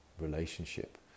relationship